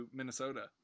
Minnesota